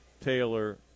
Taylor